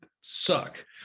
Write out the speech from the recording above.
suck